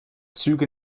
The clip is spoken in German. züge